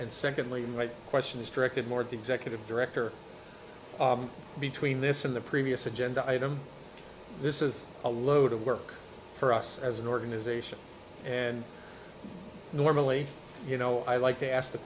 and secondly my question is directed more of the executive director between this and the previous agenda item this is a load of work for us as an organization and normally you know i like to ask the